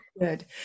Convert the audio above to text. Good